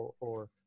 or-